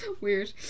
Weird